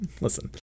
Listen